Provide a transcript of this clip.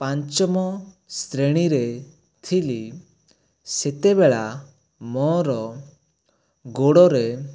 ପଞ୍ଚମ ଶ୍ରେଣୀରେ ଥିଲି ସେତେବେଳେ ମୋର ଗୋଡ଼ରେ